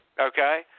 okay